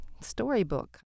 storybook